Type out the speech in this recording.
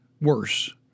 worse